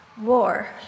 war